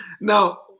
Now